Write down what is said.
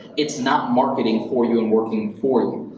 it's not marketing for you and working for you.